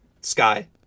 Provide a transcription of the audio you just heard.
Sky